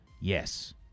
Yes